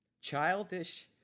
childish